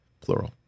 plural